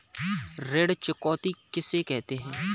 ऋण चुकौती किसे कहते हैं?